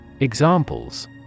Examples